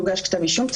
אם הוגש כתב אישום,